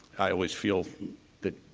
i always feel that